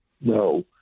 No